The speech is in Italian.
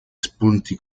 spunti